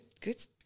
good